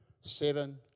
seven